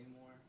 more